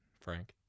Frank